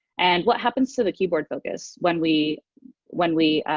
and what happens to the keyboard focus when we when we